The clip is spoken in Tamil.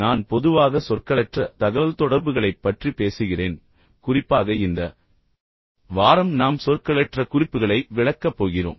நான் பொதுவாக சொற்களற்ற தகவல்தொடர்புகளைப் பற்றி பேசுகிறேன் குறிப்பாக இந்த வாரம் நாம் சொற்களற்ற குறிப்புகளை விளக்கப் போகிறோம்